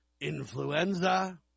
influenza